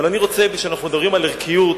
אבל כשאנו מדברים על ערכיות,